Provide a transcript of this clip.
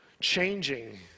changing